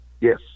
Yes